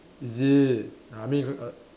is it I mean err err